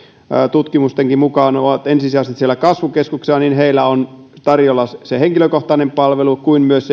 tutkimustenkin mukaan ovat ensisijaisesti siellä kasvukeskuksissa on tarjolla niin henkilökohtainen palvelu kuin myös